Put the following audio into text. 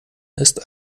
ist